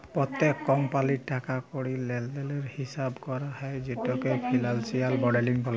প্যত্তেক কমপালির টাকা কড়ির লেলদেলের হিচাব ক্যরা হ্যয় যেটকে ফিলালসিয়াল মডেলিং ব্যলে